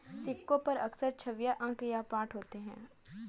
सिक्कों पर अक्सर छवियां अंक या पाठ होते हैं